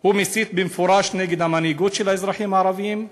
הוא מסית במפורש נגד המנהיגות של האזרחים הערבים,